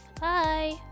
Bye